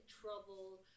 trouble